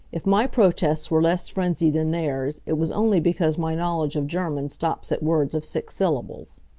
if my protests were less frenzied than theirs, it was only because my knowledge of german stops at words of six syllables.